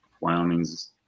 Wyoming's